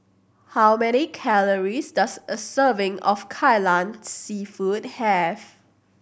how many calories does a serving of Kai Lan Seafood have